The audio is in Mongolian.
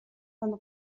хоног